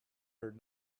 heard